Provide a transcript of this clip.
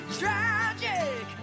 tragic